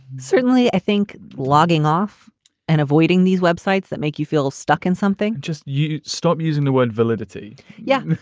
certainly. i think logging off and avoiding these web sites that make you feel stuck in something, just you stop using the word validity yeah,